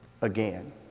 again